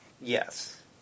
Yes